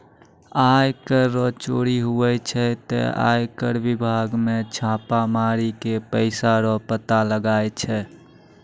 आय कर रो चोरी हुवै छै ते आय कर बिभाग मे छापा मारी के पैसा रो पता लगाय छै